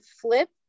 flip